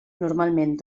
normalment